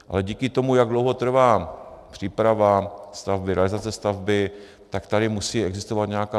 Ale díky tomu, jak dlouho trvá příprava stavby, realizace stavby, tak tady musí existovat nějaká .